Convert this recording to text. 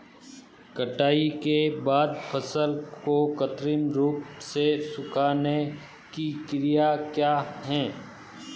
कटाई के बाद फसल को कृत्रिम रूप से सुखाने की क्रिया क्या है?